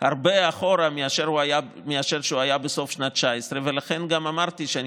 הרבה אחורה לעומת מה שהוא היה בסוף שנת 2019. לכן גם אמרתי שאני